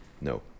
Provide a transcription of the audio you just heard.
no